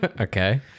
Okay